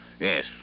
Yes